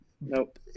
Nope